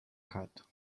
cut